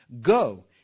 go